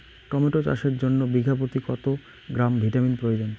Tomato চাষের জন্য বিঘা প্রতি কত গ্রাম ভিটামিন প্রয়োজন?